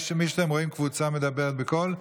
אם אתם רואים קבוצה שמדברת בקול,